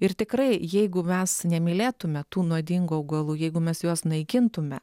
ir tikrai jeigu mes nemylėtume tų nuodingų augalų jeigu mes juos naikintume